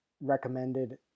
recommended